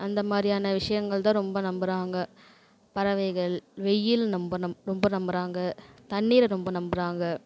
அந்த மாதிரியான விஷயங்கள் தான் ரொம்ப நம்புகிறாங்க பறவைகள் வெயில் ரொம்ப நம்புகிறாங்க தண்ணீரை ரொம்ப நம்புகிறாங்க